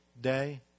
day